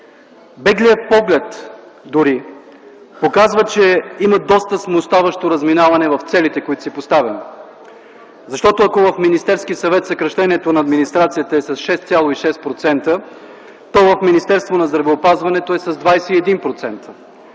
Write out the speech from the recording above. беглият поглед показва, че има доста смущаващо разминаване в целите, които си поставяме. Ако в Министерския съвет съкращението на администрацията е с 6,6%, то в Министерството на здравеопазването е с 21%.